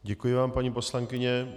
Děkuji vám, paní poslankyně.